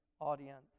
audience